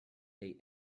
they